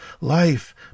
life